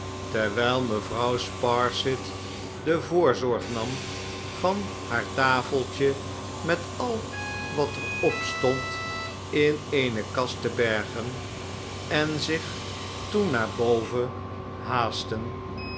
terwijl mevrouw sparsit de voorzorg nam van haar tafeltje met al wat er op stond in eene kast te bergen en zich toen naar boven haastte